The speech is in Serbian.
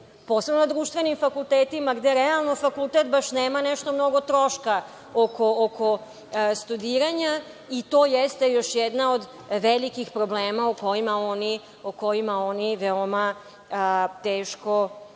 posebno na društvenim fakultetima gde realno fakultet još nema nešto mnogo troška oko studiranja i to jeste još jedna od velikih problema o kojima oni veoma teško